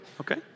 okay